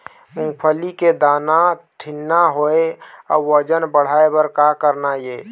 मूंगफली के दाना ठीन्ना होय अउ वजन बढ़ाय बर का करना ये?